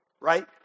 right